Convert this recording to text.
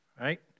Right